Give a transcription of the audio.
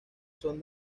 son